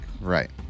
Right